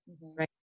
right